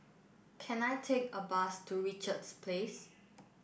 can I take a bus to Richards Place